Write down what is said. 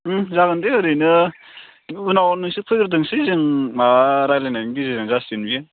उम जागोन दे ओरैनो उनाव नोंसोर फैगोरथोंसै जों माबा रायज्लायनायनि गेजेरजों जासिगोन बियो